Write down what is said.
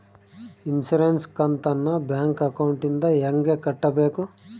Insurance ಕಂತನ್ನ bank ಅಕೌಂಟಿಂದ ಹೆಂಗ ಕಟ್ಟಬೇಕು?